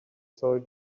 sorry